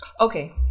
Okay